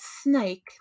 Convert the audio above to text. snake